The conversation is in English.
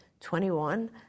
21